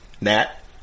Nat